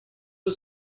eux